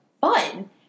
fun